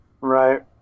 Right